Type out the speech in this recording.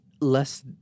less